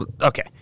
okay